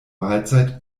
mahlzeit